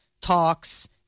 talks